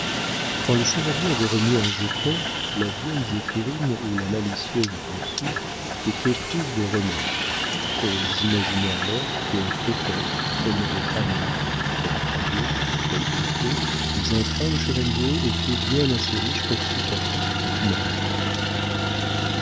quand le chevalier avait remis un jeton la vieille zéphirine ou la malicieuse bossue étaient prises de remords elles imaginaient alors que peut-être elles n'avaient pas mis elles croyaient elles doutaient mais enfin le chevalier était bien assez riche pour supporter ce petit malheur